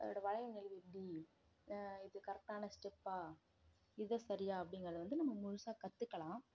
அதோடய வளைவு நெளிவு எப்படி இது கரெக்டான ஸ்டெப்பா இது சரியா அப்படிங்கிறத வந்து நம்ம முழுசாக கற்றுக்கலாம்